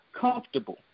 comfortable